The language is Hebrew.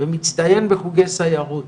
ומצטיין בחוגי סיירות